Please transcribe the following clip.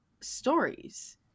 stories